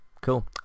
cool